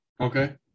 Okay